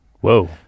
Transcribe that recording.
Whoa